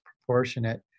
proportionate